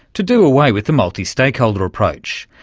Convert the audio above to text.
to do away with the multi-stakeholder approach.